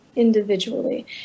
Individually